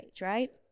Right